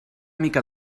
mica